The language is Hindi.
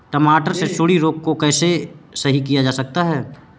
टमाटर से सुंडी रोग को कैसे सही किया जा सकता है?